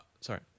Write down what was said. Sorry